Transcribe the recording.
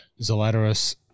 Zalatoris